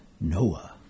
Noah